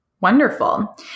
Wonderful